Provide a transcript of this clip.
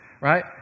right